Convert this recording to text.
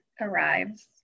arrives